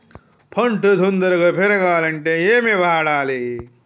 పంట తొందరగా పెరగాలంటే ఏమి వాడాలి?